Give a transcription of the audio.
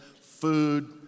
food